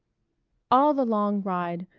all the long ride,